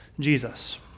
Jesus